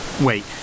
Wait